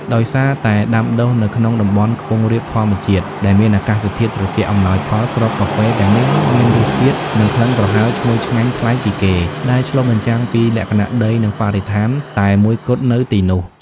ដោយសារតែដាំដុះនៅក្នុងតំបន់ខ្ពង់រាបធម្មជាតិ ដែលមានអាកាសធាតុត្រជាក់អំណោយផល គ្រាប់កាហ្វេទាំងនេះមានរសជាតិ និងក្លិនប្រហើរឈ្ងុយឆ្ងាញ់ប្លែកពីគេ ដែលឆ្លុះបញ្ចាំងពីលក្ខណៈដី និងបរិស្ថានតែមួយគត់នៅទីនោះ។